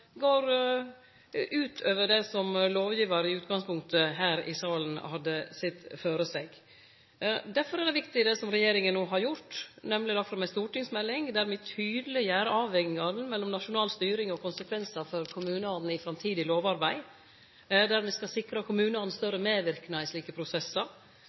går ut over det som lovgivar her i salen i utgangspunktet hadde sett føre seg. Derfor er det viktig det som regjeringa no har gjort, nemleg at me har lagt fram ei stortingsmelding der me tydeleggjer avvegingane mellom nasjonal styring og konsekvensar for kommunane i framtidig lovarbeid, der me skal sikre kommunane større medverknad i slike prosessar,